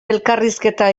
elkarrizketa